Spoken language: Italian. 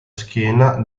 schiena